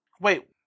Wait